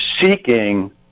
seeking